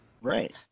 Right